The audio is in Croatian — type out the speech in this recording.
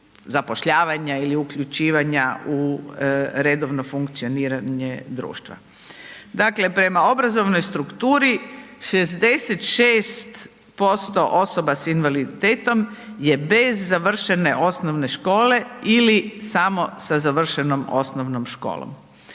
ili uključivanja u redovno funkcioniranje društva. Dakle, prema obrazovnoj strukturi 66% osoba s invaliditetom je bez završene osnovne škole ili samo sa završenom osnovnom školom.